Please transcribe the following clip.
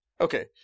Okay